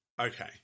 Okay